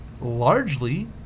largely